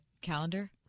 calendar